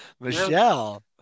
Michelle